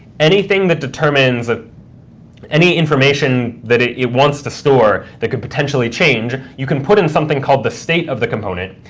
anything that determines ah any information that it wants to store that could potentially change, you can put in something called the state of the component,